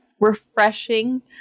refreshing